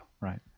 Right